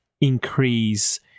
increase